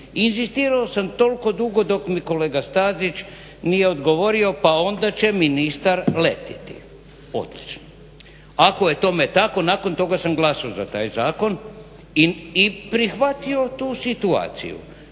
Inzistirao sam toliko dugo dok mi kolega Stazić nije odgovorio, pa onda će ministar letiti. Odlično. Ako je tome tako nakon toga sam glasao za taj zakon i prihvatio tu situaciju.